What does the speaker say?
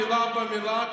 מילה במילה,